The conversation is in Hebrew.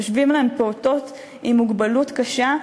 יושבים להם פעוטות עם מוגבלות קשה,